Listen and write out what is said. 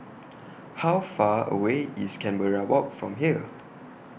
How Far away IS Canberra Walk from here